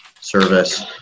service